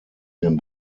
den